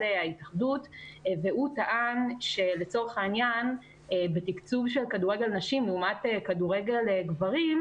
ההתאחדות והוא טען שלצורך העניין בתקצוב של כדורגל נשים לעומת כדורגל גברים,